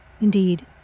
Indeed